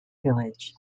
village